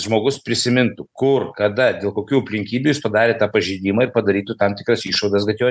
žmogus prisimintų kur kada dėl kokių aplinkybių jis padarė tą pažeidimą padarytų tam tikras išvadas kad jo